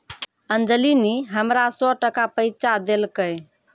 अंजली नी हमरा सौ टका पैंचा देलकै